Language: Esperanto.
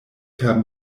per